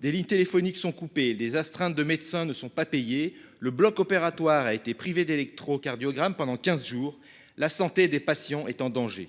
Des lignes téléphoniques sont coupées, les astreintes de médecins ne sont pas payées, le bloc opératoire a été privé d'électrocardiogramme pendant 15 jours, la santé des patients est en danger.